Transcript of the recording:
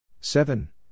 seven